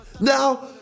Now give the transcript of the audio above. Now